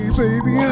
baby